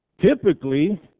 typically